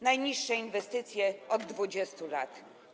Najniższe inwestycje od 20 lat.